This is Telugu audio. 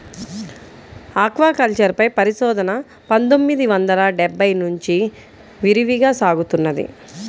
ఆక్వాకల్చర్ పై పరిశోధన పందొమ్మిది వందల డెబ్బై నుంచి విరివిగా సాగుతున్నది